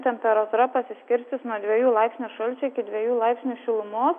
temperatūra pasiskirstys nuo dviejų laipsnių šalčio iki dviejų laipsnių šilumos